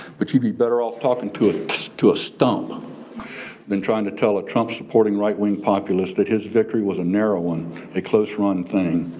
which he'd be better off talking to a to a stump than trying to tell a trump supporting right-wing populist that his victory was a narrow, and a close-run thing.